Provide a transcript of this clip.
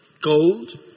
gold